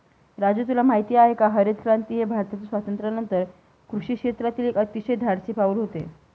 राजू तुला माहित आहे का हरितक्रांती हे भारताच्या स्वातंत्र्यानंतर कृषी क्षेत्रातील एक अतिशय धाडसी पाऊल होते